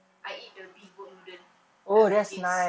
I eat the beef boat noodle kat bugis